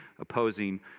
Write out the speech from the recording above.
opposing